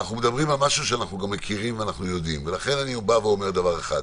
אנחנו מדברים על משהו שאנחנו מכירים ויודעים ולכן אני אומר דבר אחד: